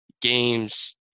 games